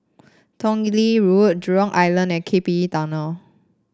Tong Lee Road Jurong Island and K P E Tunnel